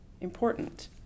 important